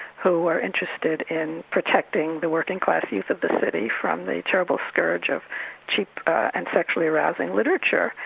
who were interested in protecting the working class youth of the city from the terrible scourge of cheap and sexually arousing literature,